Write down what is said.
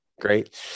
Great